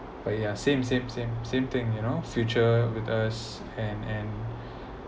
but ya same same same same thing you know future with us and and